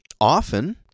Often